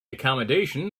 accommodation